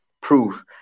proof